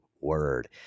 word